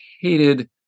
hated